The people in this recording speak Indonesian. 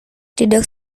tidak